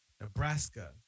Nebraska